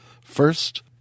First